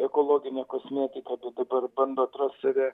ekologine kosmetika tai dabar bando atrast save